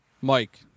Mike